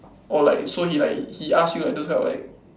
orh like so he like he ask you like those kind of like